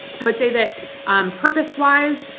i would say that purpose-wise,